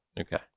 Okay